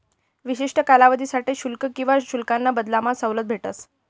विशिष्ठ कालावधीसाठे शुल्क किवा शुल्काना बदलामा सवलत भेटस